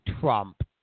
Trump